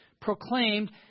proclaimed